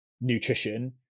nutrition